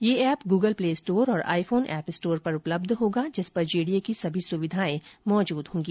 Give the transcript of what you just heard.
यह app Google play store और iPhone app store पर उपलब्ध होगा जिस पर जेडीए की सभी सुविधाए उपलब्ध होगी